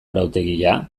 arautegia